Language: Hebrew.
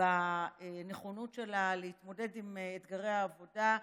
ואת הנכונות שלה להתמודד עם אתגרי העבודה,